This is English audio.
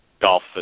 golf